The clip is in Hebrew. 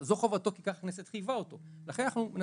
זו חובתו, כי ככה הכנסת חייבה אותו.